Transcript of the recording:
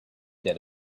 that